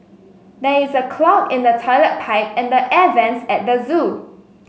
there is a clog in the toilet pipe and the air vents at the zoo